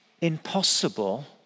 impossible